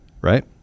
right